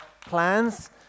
plans